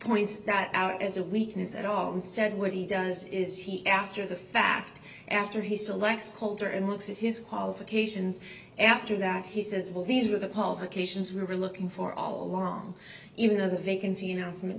that out as a weakness at all instead what he does is he after the fact after he selects coulter and looks at his qualifications after that he says well these are the politicians we were looking for all along even though the vacancy announcement